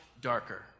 darker